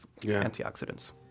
antioxidants